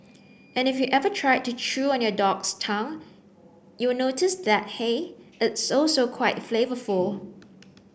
and if you ever tried to chew on your dog's tongue you would notice that hey it's also quite flavourful